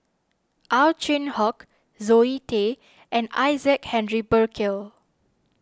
Ow Chin Hock Zoe Tay and Isaac Henry Burkill